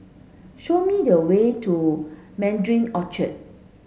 show me the way to Mandarin Orchard